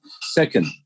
Second